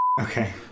okay